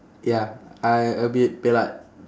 ya I a bit pelat